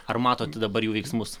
ar matot dabar jų veiksmus